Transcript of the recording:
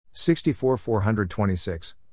64-426